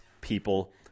people